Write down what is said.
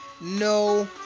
no